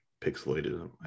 pixelated